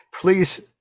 please